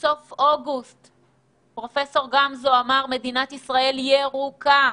בסוף אוגוסט פרופ' גמזו אמר: מדינת ישראל ירוקה,